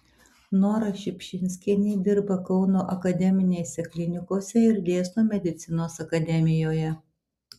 nora šiupšinskienė dirba kauno akademinėse klinikose ir dėsto medicinos akademijoje